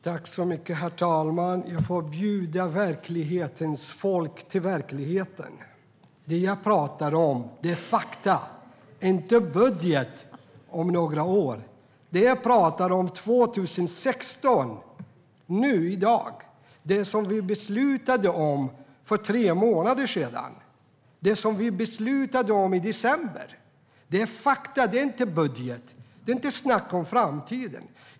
Herr talman! Jag får bjuda in verklighetens folk till verkligheten. Det jag pratar om är fakta, inte budget om några år. Det jag pratar om är 2016, nu i dag, och det som vi beslutade om för tre månader sedan i december. Det är fakta. Det är inte budget. Det är inte att snacka om framtiden.